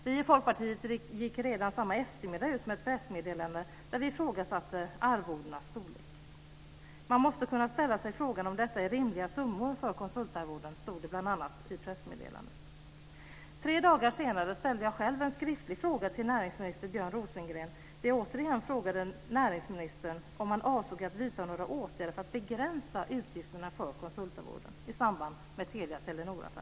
Vi i Folkpartiet gick redan samma eftermiddag ut med ett pressmeddelande där vi ifrågasatte arvodenas storlek: "Man måste kunna ställa sig frågan om detta är rimliga summor för konsultarvoden" stod det bl.a. i pressmeddelandet. Tre dagar senare ställde jag själv en skriftlig fråga till näringsminister Björn Rosengren där jag återigen frågade näringsministern om han avsåg att vidta några åtgärder för att begränsa utgifterna för konsultarvoden i samband med Telia-Telenor-affären.